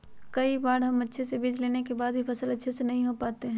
कई बार हम अच्छे बीज लेने के बाद भी फसल अच्छे से नहीं हो पाते हैं?